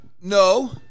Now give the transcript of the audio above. no